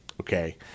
Okay